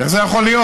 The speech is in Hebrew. איך זה יכול להיות?